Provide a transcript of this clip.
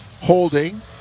Holding